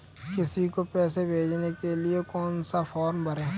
किसी को पैसे भेजने के लिए कौन सा फॉर्म भरें?